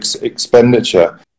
expenditure